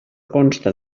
consta